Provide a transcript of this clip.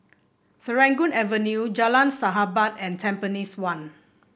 Serangoon Avenue Jalan Sahabat and Tampines one